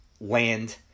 land